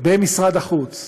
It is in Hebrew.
במשרד החוץ,